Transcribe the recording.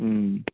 उम्